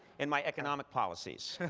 in my economic policies.